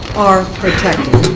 are protected.